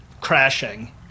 crashing